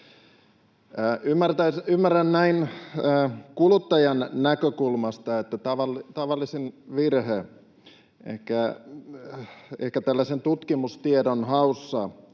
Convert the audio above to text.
Ymmärrän näin kuluttajan näkökulmasta, että tavallisin virhe tutkimustiedon haussa